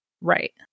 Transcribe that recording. right